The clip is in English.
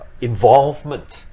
involvement